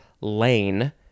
Lane